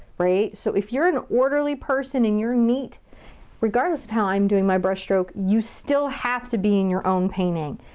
right? so if you're an orderly person and you're neat regardless of how i'm doing my brush stroke, you still have to be in your own painting.